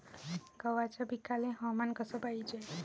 गव्हाच्या पिकाले हवामान कस पायजे?